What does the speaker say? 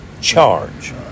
charge